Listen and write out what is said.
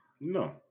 No